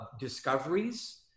discoveries